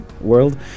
world